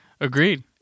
Agreed